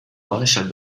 maréchal